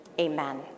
Amen